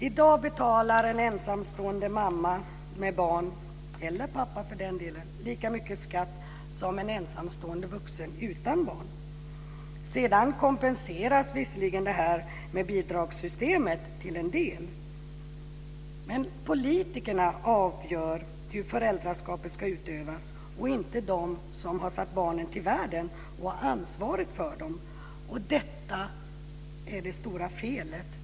I dag betalar en ensamstående mamma med barn, eller pappa för den delen, lika mycket skatt som en ensamstående vuxen utan barn. Sedan kompenseras visserligen detta till en del med bidragssystemet. Men politikerna avgör hur föräldraskapet ska utövas, inte de som har satt barnen till världen och har ansvaret för dem. Detta är det stora felet.